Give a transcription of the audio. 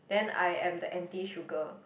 then I am the empty sugar